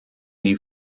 die